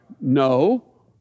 No